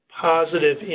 positive